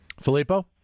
Filippo